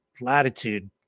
latitude